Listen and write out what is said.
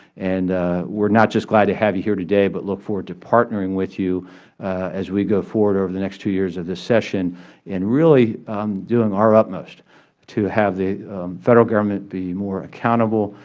and we are not just glad to have you here today, but look forward to partnering with you as we go forward over the next two years of this session and really doing our utmost to have the federal government be more accountable,